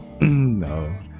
no